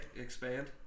expand